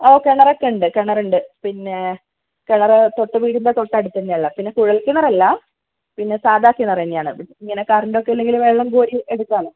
ഓ കിണറൊക്കെയുണ്ട് കിണറുണ്ട് പിന്നെ കിണർ തൊട്ട് വീടിൻ്റെ തൊട്ടടുത്ത് തന്നെയാണ് ഉള്ളത് പിന്നെ കുഴൽ കിണറല്ല പിന്നെ സാദാ കിണർ തന്നെയാണ് ഇങ്ങനെ കറന്റ് ഒക്കെ ഇല്ലെങ്കിൽ വെള്ളം കോരി എടുക്കാമല്ലോ